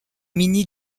mini